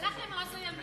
הלך למעוז הימין,